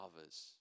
others